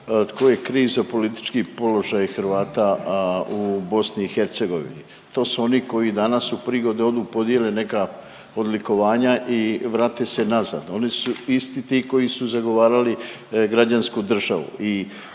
tko je kriv za politički položaj Hrvata u BiH. To su oni koji danas u prigodi odu, podijele neka odlikovanja i vrate se nazad, oni su isti ti koji su zagovarali građansku državu